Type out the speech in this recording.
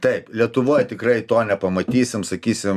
taip lietuvoj tikrai to nepamatysim sakysim